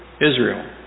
Israel